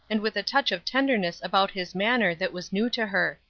and with a touch of tenderness about his manner that was new to her.